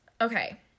okay